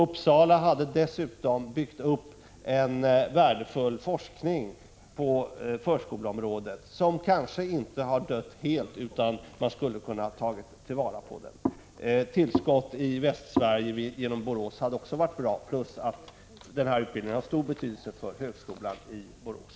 Uppsala hade dessutom byggt upp en värdefull forskning på förskoleområdet som kanske inte helt har dött ut utan som skulle kunna tas till vara. Ett tillskott i Västsverige genom utbildning i Borås hade också varit bra, plus att den här utbildningen har stor betydelse för högskolan i Borås.